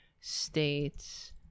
states